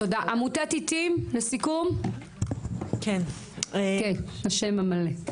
תודה, עמותת עיתים לסיכום, השם המלא.